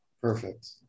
Perfect